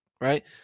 right